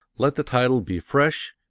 let the title be fresh,